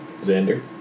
Xander